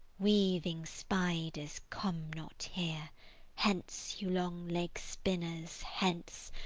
weaving spiders, come not here hence, you long-legg'd spinners, hence.